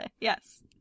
Yes